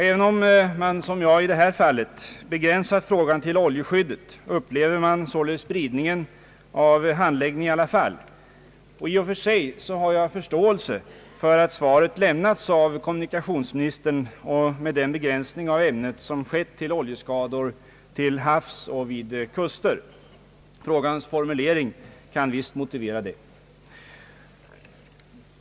även om man som jag i detta fall begränsat frågan till oljeskyddet upplever man ändå denna spridning i fråga om handläggningen. I och för sig har jag förståelse för att svaret lämnas av kommunikationsministern, med den begränsning av ämnet som skett till oljeskador till havs och vid kuster. Frågans formulering kan visst motivera detta.